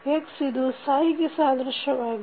x ಇದು ಗೆ ಸಾದೃಶ್ಯವಾಗಿದೆ